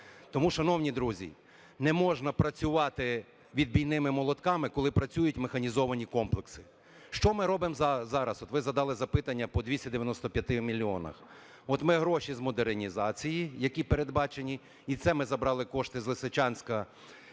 Тому, шановні друзі, не можна працювати відбійними молотками, коли працюють механізовані комплекси. Що ми робимо зараз. От ви задали запитання по 295 мільйонах. От ми гроші з модернізації, які передбачені, і це ми забрали кошти з Лисичанська,